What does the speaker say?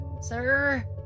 Sir